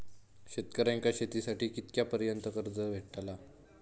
शेतकऱ्यांका शेतीसाठी कितक्या पर्यंत कर्ज भेटताला?